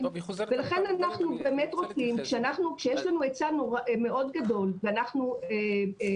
ולכן כשיש לנו היצע מאוד גדול ואנחנו